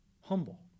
humble